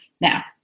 now